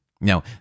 Now